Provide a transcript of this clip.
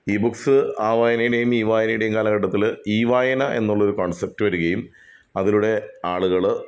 ഈ ബുക്ക്സ് ആ വായനേടേം ഈ വായനേടേം കാലഘട്ടത്തിൽ ഈ വായന എന്നുള്ളൊരു കോൺസെപ്റ്റ് വരുകയും അതിലൂടെ ആളുകൾ